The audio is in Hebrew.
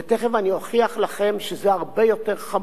ותיכף אני אוכיח לכם שזה הרבה יותר חמור.